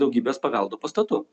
daugybės paveldo pastatų